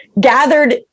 gathered